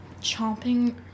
chomping